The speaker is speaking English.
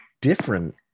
different